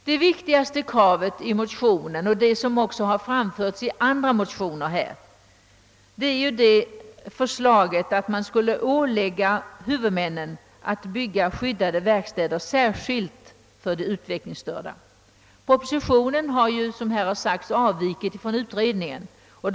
Det viktigaste kravet i motionen — och detta krav har även framförts i andra motioner — är förslaget, att huvudmännen skulle åläggas att bygga skyddade verkstäder för de utvecklingsstörda. Propositionen avviker på denna punkt från utredningsförslaget.